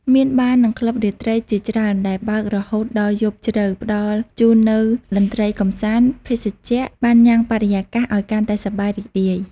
មាន បារ៍ និងក្លឹបរាត្រី ជាច្រើនដែលបើករហូតដល់យប់ជ្រៅ ផ្តល់ជូននូវតន្ត្រីកម្សាន្ត ភេសជ្ជៈ បានញ៉ាំងបរិយាកាសឲ្យកាន់តែសប្បាយរីករាយ។